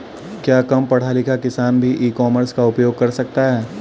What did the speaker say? क्या कम पढ़ा लिखा किसान भी ई कॉमर्स का उपयोग कर सकता है?